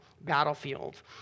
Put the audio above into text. battlefield